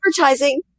advertising